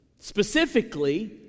Specifically